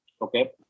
okay